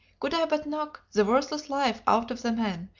could i but knock the worthless life out of the men,